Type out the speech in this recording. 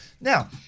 now